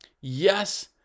Yes